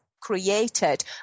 created